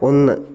ഒന്ന്